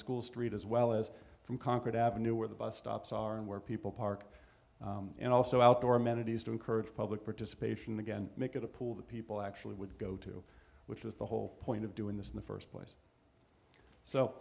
school street as well as from concord avenue where the bus stops are and where people park and also outdoor amenities to encourage public participation again make it a pool that people actually would go to which was the whole point of doing this in the first place so